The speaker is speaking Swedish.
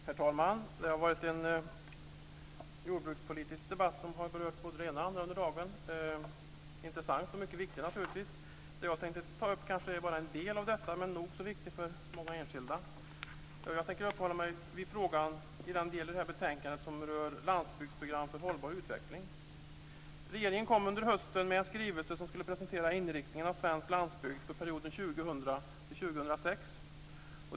Herr talman! Det har under dagen förts en jordbrukspolitisk debatt som har berört både det ena och andra. Den har varit intressant och naturligtvis mycket viktig. Det som jag tänkte ta upp berör bara en del av detta men en del som är nog så viktig för många enskilda. Jag tänker uppehålla mig vid den del i detta betänkande som rör landsbygdsprogram för hållbar utveckling. Regeringen lade under hösten fram en skrivelse som skulle presentera inriktningen av svensk landsbygd för perioden 2000-2006.